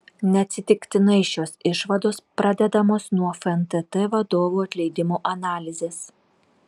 neatsitiktinai šios išvados pradedamos nuo fntt vadovų atleidimo analizės